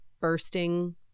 bursting